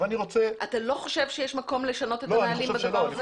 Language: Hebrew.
אתה לא חושב שיש מקום לשנות את הנהלים בדבר הזה?